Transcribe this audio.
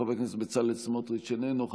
חבר הכנסת בצלאל סמוטריץ' איננו,